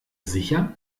sicher